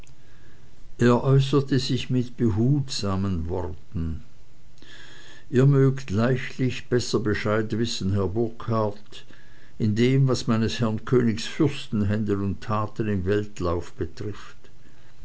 er äußerte sich mit behutsamen worten ihr mögt leichtlich besser bescheid wissen herr burkhard in dem was meines herrn königs fürstenhändel und taten im weltlauf betrifft